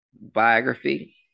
biography